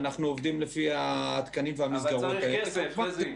ואנחנו עובדים לפי התקנות והמסגרות האלה.